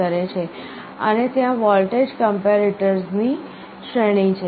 અને ત્યાં voltage comparators ની શ્રેણી છે